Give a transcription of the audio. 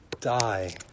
die